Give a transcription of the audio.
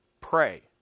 pray